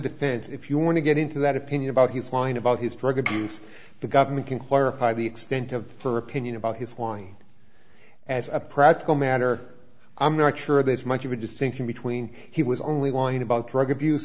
defense if you want to get into that opinion about his mind about his drug abuse the government can clarify the extent of for opinion about his why as a practical matter i'm not sure there's much of a distinction between he was only whining about drug abuse